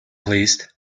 least